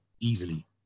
easily